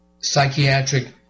psychiatric